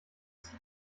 ist